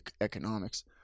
economics